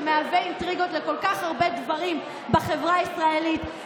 שמעורר אינטריגות בכל כך הרבה דברים בחברה הישראלית,